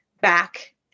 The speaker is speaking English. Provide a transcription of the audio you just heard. back